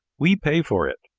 we pay for it.